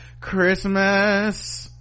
Christmas